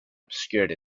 obscured